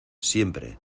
siempre